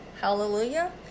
Hallelujah